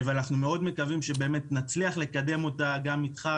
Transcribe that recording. אנחנו מקווים מאוד שנצליח לקדם אותה איתך,